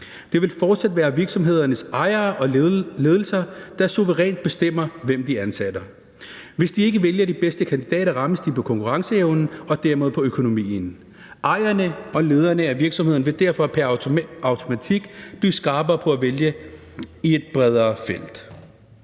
Det vil fortsat være virksomhedernes ejere og ledelser, der suverænt bestemmer, hvem de ansætter. Hvis ikke de vælger de bedste kandidater, rammes de på konkurrenceevnen og dermed på økonomien. Ejerne og lederne af virksomheden vil derfor pr. automatik blive skarpere på at vælge i et bredere felt.